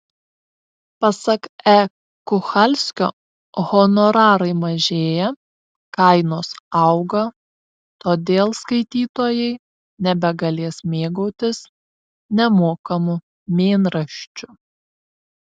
pasak e kuchalskio honorarai mažėja kainos auga todėl skaitytojai nebegalės mėgautis nemokamu mėnraščiu